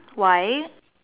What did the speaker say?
why